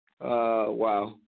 Wow